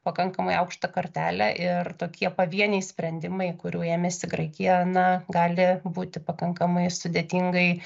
pakankamai aukštą kartelę ir tokie pavieniai sprendimai kurių ėmėsi graikija na gali būti pakankamai sudėtingai